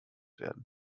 werden